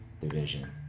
division